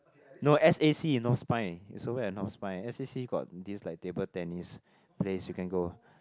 no S_A_C North Spine somewhere at North Spine S_A_C got this like table tennis place you can go